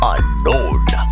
Unknown